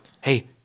hey